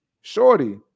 Shorty